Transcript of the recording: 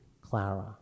Clara